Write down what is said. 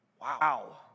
Wow